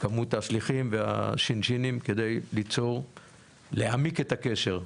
כמות השליחים והשינשינים כדי להעמיק את הקשר.